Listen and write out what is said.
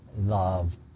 love